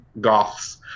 Goths